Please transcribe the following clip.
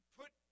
put